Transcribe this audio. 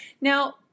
Now